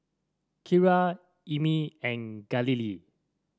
Kiara Emmie and Galilea